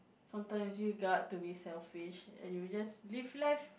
sometimes you got to be selfish and you just live life